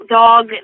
dog